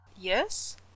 Yes